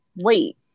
wait